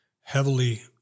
Heavily